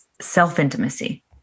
self-intimacy